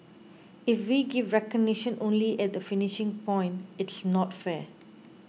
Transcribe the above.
if we give recognition only at the finishing point it's not fair